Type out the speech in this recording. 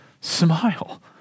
smile